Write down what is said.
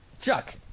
Chuck